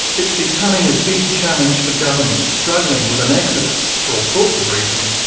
it's becoming a big challenge for governments struggling with an exodus, for all sorts of reasons,